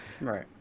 Right